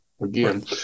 Again